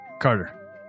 Carter